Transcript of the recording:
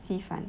鸡饭